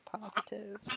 positive